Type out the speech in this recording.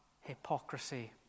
hypocrisy